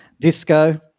Disco